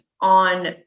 on